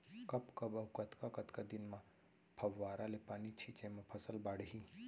कब कब अऊ कतका कतका दिन म फव्वारा ले पानी छिंचे म फसल बाड़ही?